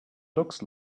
looks